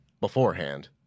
beforehand